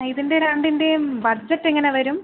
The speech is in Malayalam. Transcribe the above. ആ ഇതിൻ്റെ രണ്ടിൻ്റെയും ബഡ്ജറ്റ് എങ്ങനെ വരും